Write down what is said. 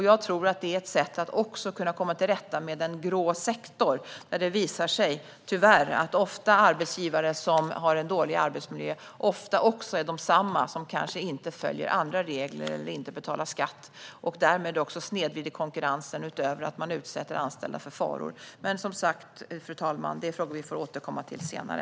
Jag tror att det är ett sätt att också kunna komma till rätta med en grå sektor. Det visar sig tyvärr ofta att arbetsgivare som har en dålig arbetsmiljö är desamma som de som kanske inte följer andra regler eller som inte betalar skatt. Därmed snedvrider de konkurrensen, utöver att de utsätter anställda för faror. Men, fru talman, det är som sagt frågor vi får återkomma till senare.